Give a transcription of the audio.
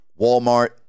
Walmart